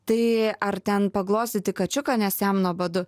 tai ar ten paglostyti kačiuką nes jam nuobodu